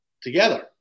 together